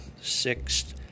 sixth